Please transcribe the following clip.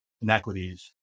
inequities